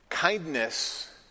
Kindness